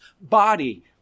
body